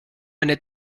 eine